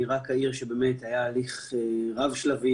אני רק אעיר שהיה הליך רב שלבי,